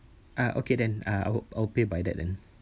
uh okay then uh I'll I'll pay by that then